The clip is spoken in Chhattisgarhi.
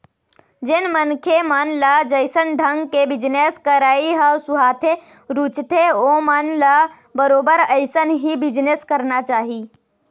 जेन मनखे मन ल जइसन ढंग के बिजनेस करई ह सुहाथे, रुचथे ओमन ल बरोबर अइसन ही बिजनेस करना चाही